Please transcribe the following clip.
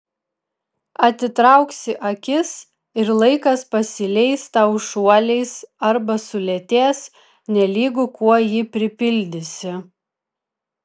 atitrauksi akis ir laikas pasileis tau šuoliais arba sulėtės nelygu kuo jį pripildysi